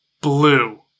blue